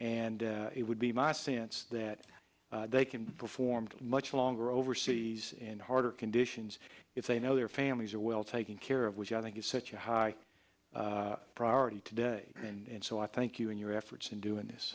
and it would be my sense that they can perform much longer overseas and harder conditions if they know their families are well taken care of which i think is such a high priority today and so i thank you and your efforts in doing this